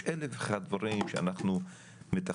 יש אלף ואחד דברים שאנחנו מתכננים,